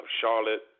Charlotte